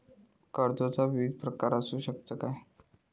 कर्जाचो विविध प्रकार असु शकतत काय?